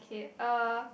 k uh